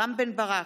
רם בן-ברק,